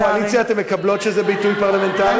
הקואליציה, אתן מקבלות שזה ביטוי פרלמנטרי?